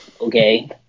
okay